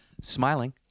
Smiling